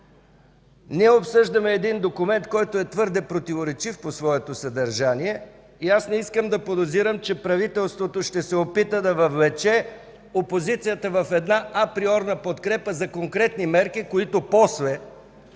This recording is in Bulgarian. Ние обсъждаме документ, който е твърде противоречив по своето съдържание. Не искам да подозирам, че правителството ще се опита да въвлече опозицията в една априорна подкрепа за конкретни мерки, които после